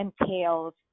entails